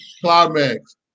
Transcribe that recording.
Climax